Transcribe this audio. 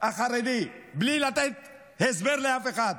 החרדי בלי לתת הסבר לאף אחד.